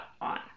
on